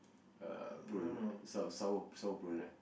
uh prune sour sour sour prune ah